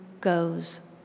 goes